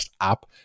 app